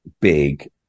big